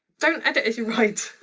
don't edit as you write.